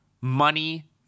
money